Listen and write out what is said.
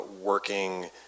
working